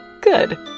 Good